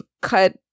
cut